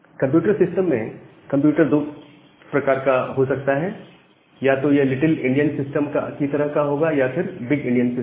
computer system में computer दो प्रकार का हो सकता है या तो यह लिटिल इंडियन सिस्टम की तरह होगा या फिर बिग इंडियन सिस्टम